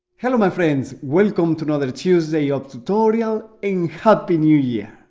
hello my friends, welcome to another tuesday of tutorial, and happy new year!